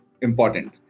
important